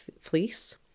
fleece